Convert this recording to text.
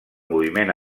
moviment